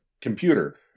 computer